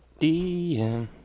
DM